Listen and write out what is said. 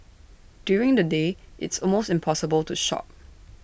during the day it's almost impossible to shop